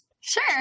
Sure